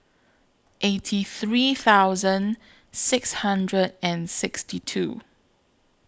eighty three thousand six hundred and sixty two